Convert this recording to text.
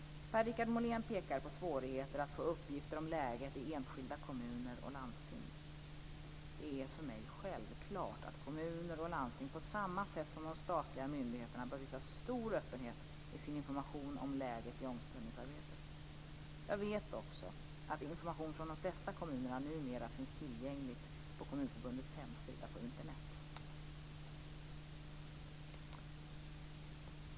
Per-Richard Molén pekar på svårigheter att få uppgifter om läget i enskilda kommuner och landsting. Det är för mig självklart att kommuner och landsting på samma sätt som de statliga myndigheterna bör visa stor öppenhet i sin information om läget i omställningsarbetet. Jag vet också att information från de flesta kommunerna numera finns tillgänglig på Kommunförbundets hemsida på Internet.